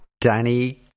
danny